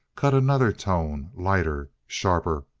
cut another tone, lighter, sharper,